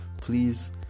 Please